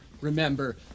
remember